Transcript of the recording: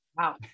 wow